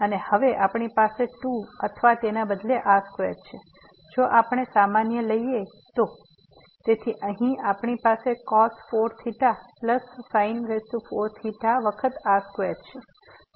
અને હવે આપણી પાસે 2 અથવા તેના બદલે r2 છે જો આપણે સામાન્ય લઈએ તો તેથી અહીં આપણી પાસે cos 4 theta plus sin 4 theta વખત r 2 છે